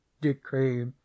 decree